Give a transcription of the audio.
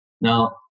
Now